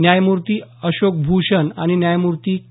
न्यायमूर्ती अशोक भूषण आणि न्यायमूर्ती के